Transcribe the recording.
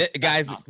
Guys